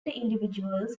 individuals